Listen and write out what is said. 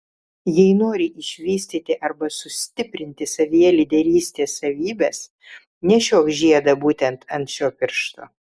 jei nori išvystyti arba sustiprinti savyje lyderystės savybes nešiok žiedą būtent ant šio piršto